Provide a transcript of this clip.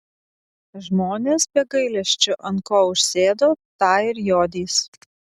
žmonės be gailesčio ant ko užsėdo tą ir jodys